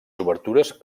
obertures